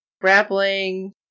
grappling